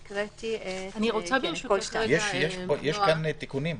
את כל סעיף 2. יש כאן תיקונים,